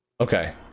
okay